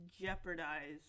jeopardize